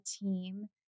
team